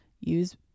use